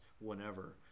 whenever